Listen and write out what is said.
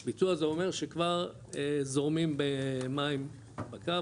ביצוע זה אומר שכבר זורמים מים בקו,